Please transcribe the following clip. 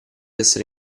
essere